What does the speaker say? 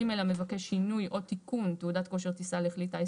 (ג) המבקש שינוי או תיקון תעודת כושר טיסה לכלי טיס